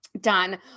done